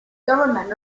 government